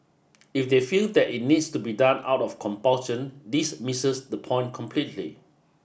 if they feel that it needs to be done out of compulsion this misses the point completely